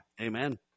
Amen